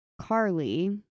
Carly